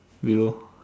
below